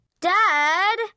Dad